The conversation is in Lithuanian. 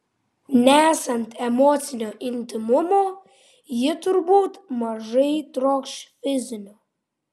nesant emocinio intymumo ji turbūt mažai trokš fizinio